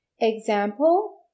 Example